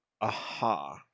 Aha